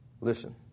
listen